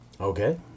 Okay